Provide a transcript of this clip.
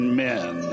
men